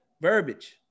verbiage